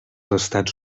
estats